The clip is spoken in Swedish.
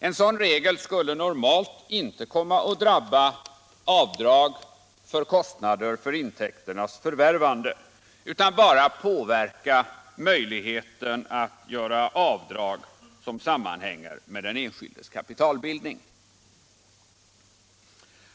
En sådan regel skulle normalt inte komma att drabba avdrag för kostnader för intäkternas förvärvande utan bara påverka möjligheten att göra avdrag som sammanhänger med den enskildes kapitalbildning.